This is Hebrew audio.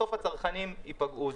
בסוף הצרכנים יפגעו.